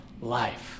life